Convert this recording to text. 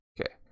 okay